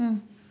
mm